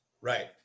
right